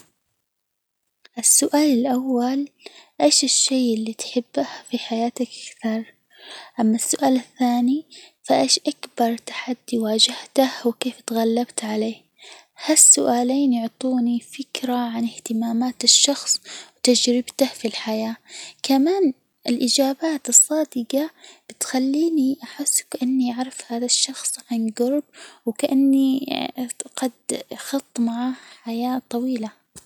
السؤال الأول إيش الشي اللي تحبه في حياتك أكثر؟ أما السؤال الثاني فإيش أكبر تحدي واجهته؟ وكيف تغلبت عليه؟ هالسؤالين يعطوني فكرة عن إهتمامات الشخص، وتجربته في الحياة، كمان الإجابات الصادجة تخليني أحس إني أعرف هذا الشخص عن جرب، وكأني إفتقدت- خضت حياة طويلة.